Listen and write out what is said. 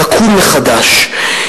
תקום מחדש.